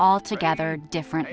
altogether different